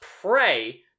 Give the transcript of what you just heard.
pray